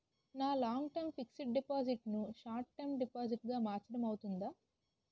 నా long term fixed deposit ను short term deposit గా మార్చటం అవ్తుందా?